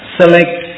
select